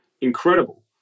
incredible